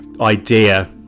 idea